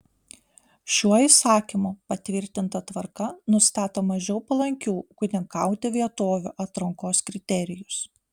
šiuo įsakymu patvirtinta tvarka nustato mažiau palankių ūkininkauti vietovių atrankos kriterijus